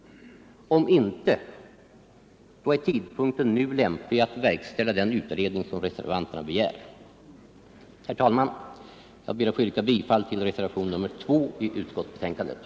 Om inte, är tidpunkten nu lämplig att verkställa den utredning som reservanterna begär. Herr talman! Jag ber att få yrka bifall till reservationen 2 av herr Boo m.fl.